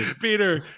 Peter